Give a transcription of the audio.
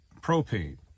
Propane